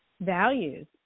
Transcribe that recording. values